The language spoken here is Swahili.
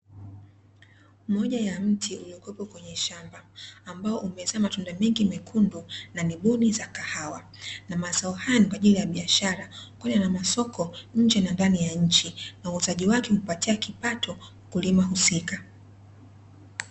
Moja ya mti uliokuwepo kwenye shamba ambao umezaa matunda mengi mekundu na ni mbuni za kahawa na mazao haya ni kwa ajili ya biashara pamoja na masoko ya nje na ndani ya nchi na uuzaji wake umpatia kipato mkulima husika.